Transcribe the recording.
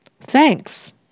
Thanks